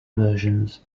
versions